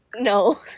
No